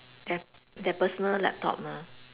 their their personal laptop mah